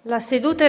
una nuova